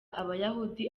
abayahudi